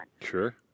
Sure